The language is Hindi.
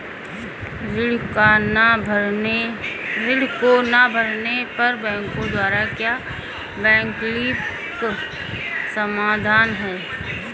ऋण को ना भरने पर बैंकों द्वारा क्या वैकल्पिक समाधान हैं?